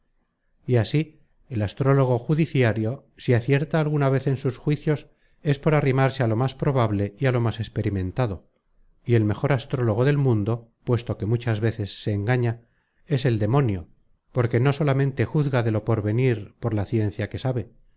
y así el astrólogo judiciario si acierta alguna vez en sus juicios es por arrimarse á lo más probable y á lo más experimentado y el mejor astrólogo del mundo puesto que muchas veces se engaña es el demonio porque no solamente juzga de lo por venir por la ciencia que sabe